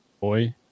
Boy